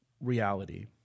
reality